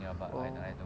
oh